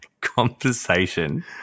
conversation